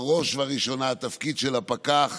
בראש ובראשונה, התפקיד של הפקח